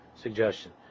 suggestion